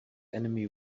enemy